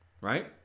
right